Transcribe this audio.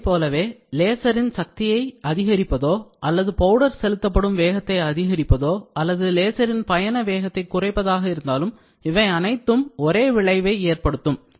அதைப்போலவே லேசரின் சக்தியை அதிகரிப்பதோ அல்லது பவுடர் செலுத்தப்படும் வேகத்தை அதிகரிப்பதோ அல்லது லேசரின்பயண வேகத்தை குறைப்பதாக இருந்தாலும் இவை அனைத்துக்கும் ஒரே விளைவை ஏற்படும்